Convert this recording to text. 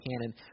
canon